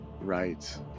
Right